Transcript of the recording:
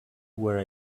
where